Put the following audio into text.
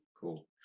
cool